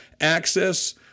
access